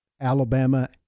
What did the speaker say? Alabama